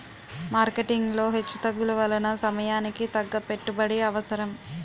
marketing లో హెచ్చుతగ్గుల వలన సమయానికి తగ్గ పెట్టుబడి అవసరం